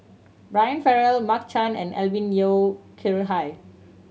Brian Farrell Mark Chan and Alvin Yeo Khirn Hai